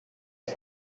was